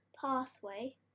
pathway